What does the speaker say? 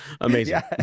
amazing